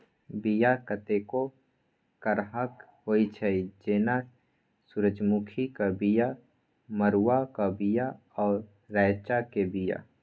बीया कतेको करहक होइ छै जेना सुरजमुखीक बीया, मरुआक बीया आ रैंचा केर बीया